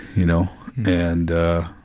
you know, and ah,